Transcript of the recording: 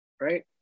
right